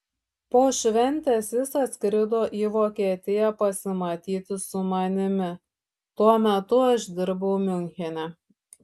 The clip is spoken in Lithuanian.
po šventės jis atskrido į vokietiją pasimatyti su manimi tuo metu aš dirbau miunchene